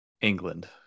England